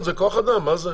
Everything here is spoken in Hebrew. זה כוח אדם, מה זה?